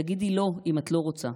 תגידי לא אם את לא רוצה.